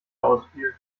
ausfiel